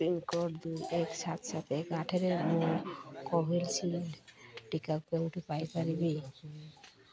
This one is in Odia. ପିନ୍କୋଡ଼୍ ଦୁଇ ଏକ ସାତ ସାତ ଏକ ଆଠରେ ମୁଁ କୋଭିଶିଲ୍ଡ ଟିକା କେଉଁଠୁ ପାଇପାରିବି